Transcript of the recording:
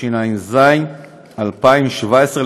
התשע"ז 2017,